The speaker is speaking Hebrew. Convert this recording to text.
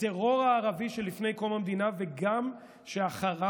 הטרור הערבי שלפני קום המדינה וגם שאחריו